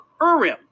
Urim